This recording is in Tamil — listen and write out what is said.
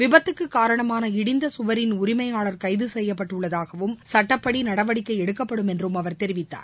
விபத்துக்கு காரணமான இடிந்த கவரின் உரிமையாளர் கைது செய்யப்பட்டுள்ளதாகவும் சுட்டப்படி நடவடிக்கை எடுக்கப்படும் என்றும் அவர் தெரிவித்தார்